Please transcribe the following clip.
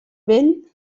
vell